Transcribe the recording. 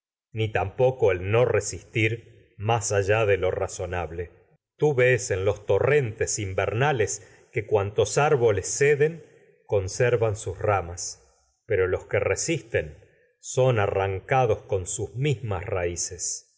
ni ves tampoco el en no resistir más invernales lo razonable tú los torrentes añtígótfa que los cuantos árboles ceden conservan sus ramas pero que resisten son arrancados con sus mismas raices